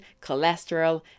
cholesterol